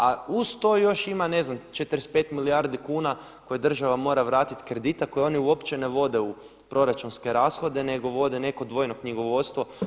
A uz to još ima ne znam 45 milijardi kuna koje država mora vratiti kredita koji oni uopće ne vode u proračunske rashode nego vode neko dvojno knjigovodstvo.